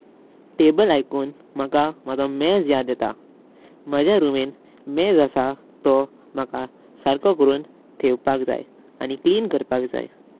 Table ऐकून माका माज़ो मेज़ याद येता। माज्या रूमिन मेज़ आसा तो माका सारको करून ठेवपाक जाय आनी क्लीन करपाक जाय।